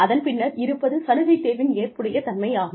அதன் பின்னர் இருப்பது சலுகை தேர்வின் ஏற்புடைய தன்மை ஆகும்